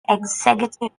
executive